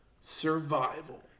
Survival